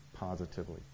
Positively